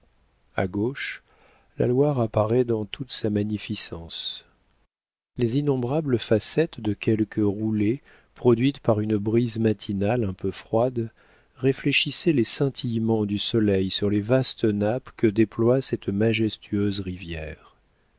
a gauche la loire apparaît dans toute sa magnificence les innombrables facettes de quelques roulées produites par une brise matinale un peu froide réfléchissaient les scintillements du soleil sur les vastes nappes que déploie cette majestueuse rivière